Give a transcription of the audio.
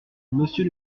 monsieur